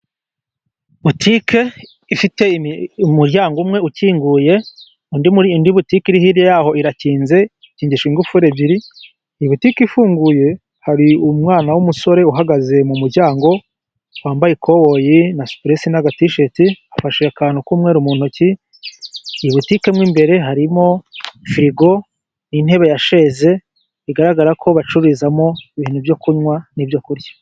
Butike ifite umuryango umwe ukinguye, indi butike hirya yaho irakinze, ikingishije ingufuri ebyiri, iyi butike ifunguye hari umwana w'umusore uhagaze mu muryango, wambaye ikoboyi na supurese ,n'aga ti sheti ,afashe akantu k'umweru mu ntoki, iyi butike mo imbere harimo firigo, intebe ya sheze igaragara ko bacururizamo ibintu byo kunywa n'ibyo kurya.